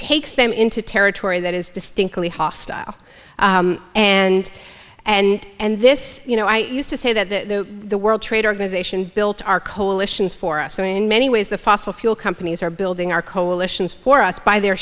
takes them into territory that is distinctly hostile and and this you know i used to say that the the world trade organization built our coalitions for us so in many ways the fossil fuel companies are building our coalitions for us by their